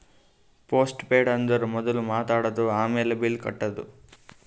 post paid ಅಂದುರ್ ಮೊದುಲ್ ಮಾತ್ ಆಡದು, ಆಮ್ಯಾಲ್ ಬಿಲ್ ಕಟ್ಟದು